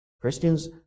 Christians